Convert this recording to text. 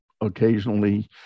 occasionally